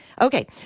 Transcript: Okay